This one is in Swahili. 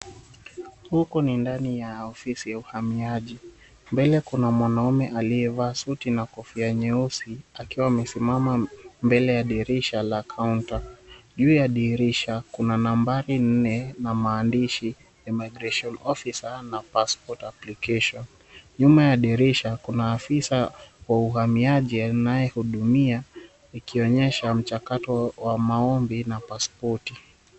Huku ni ndani ya ofisi ya uhamiaji. Mbele kuna mwanaume aliyevaa suti na kofia nyeusi akiwa amesimama mbele ya dirisha la kaunta. Juu ya dirisha, kuna nambari nne na mahandishi Immigration Officer na Passport Application. Nyuma ya dirisha afisa wa uhamiaji anayehudumia ikionyesha mchakato wa maombi na paspoti.